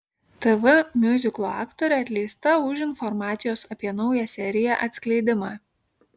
tv miuziklo aktorė atleista už informacijos apie naują seriją atskleidimą